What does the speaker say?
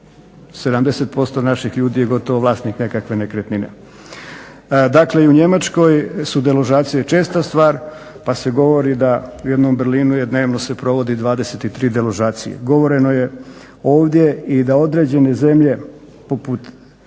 70% naših ljudi je gotovo vlasnik nekakve nekretnine. Dakle, i u Njemačkoj su deložacije česta stvar pa se govori da u jednom Berlinu dnevno se provodi 23 deložacije. Govoreno je ovdje i da određene zemlje poput Španije